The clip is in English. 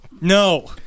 No